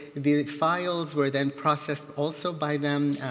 the files were then processed also by them.